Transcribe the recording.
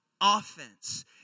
offense